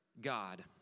God